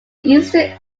eastern